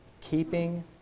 Keeping